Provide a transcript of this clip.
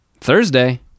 Thursday